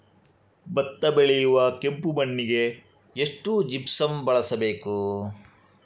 ಭತ್ತ ಬೆಳೆಯುವ ಕೆಂಪು ಮಣ್ಣಿಗೆ ಎಷ್ಟು ಜಿಪ್ಸಮ್ ಬಳಸಬೇಕು?